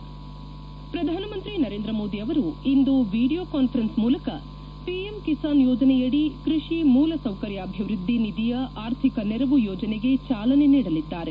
head ಪ್ರಧಾನಮಂತ್ರಿ ನರೇಂದ್ರ ಮೋದಿ ಅವರು ಇಂದು ವಿಡಿಯೊ ಕಾನ್ತರೆನ್ಸ್ ಮೂಲಕ ಪಿಎಂ ಕಿಸಾನ್ ಯೋಜನೆಯಡಿ ಕೃಷಿ ಮೂಲಸೌಕರ್್ಯಾಭಿವೃದ್ದಿ ನಿಧಿಯ ಆರ್ಥಿಕ ನೆರವು ಯೋಜನೆಗೆ ಚಾಲನೆ ನೀಡಲಿದ್ದಾರೆ